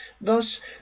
Thus